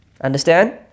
Understand